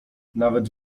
nawet